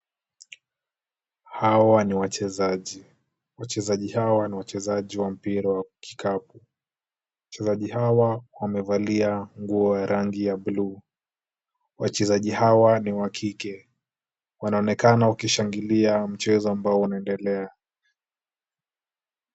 Hawa ni wachezaji, wachezaji hawa ni wachezaji wa mpira wa kikapu. Wachezaji hawa wamevalia nguo ya rangi ya buluu. Wachezaji hawa ni wa kike. Wanaonekana wakishangilia mchezo ambao unaendelea.